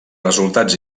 resultats